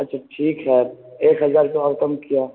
اچھا ٹھیک ہے ایک ہزار روپے اور کم کیا